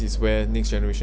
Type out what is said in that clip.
is where next generation